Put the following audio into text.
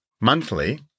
Monthly